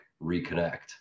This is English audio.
reconnect